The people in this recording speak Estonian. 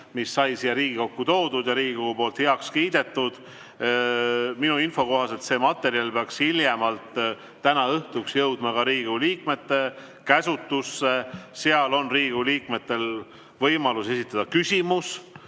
mis sai siia Riigikokku toodud ja Riigikogu poolt heaks kiidetud. Minu info kohaselt see materjal peaks hiljemalt täna õhtuks jõudma ka Riigikogu liikmete käsutusse. Arutelul on Riigikogu liikmetel võimalus esitada küsimus